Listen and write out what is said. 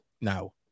now